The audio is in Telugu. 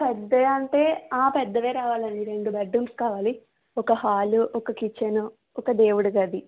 పెద్దగా అంటే ఆ పెద్దవే రావలండి రెండు బెడ్ రూమ్స్ కావాలి ఒక హాలు ఒక కిచెన్ ఒక దేవుడి గది